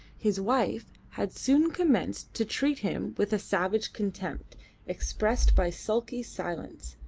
his wife had soon commenced to treat him with a savage contempt expressed by sulky silence,